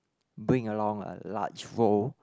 bring along a large bowl